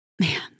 Man